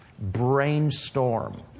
brainstorm